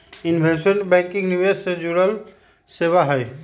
investment banking निवेश से जुड़ल सेवा हई